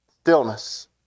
Stillness